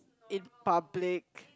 in public